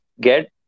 get